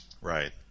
Right